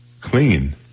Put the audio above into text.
clean